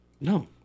No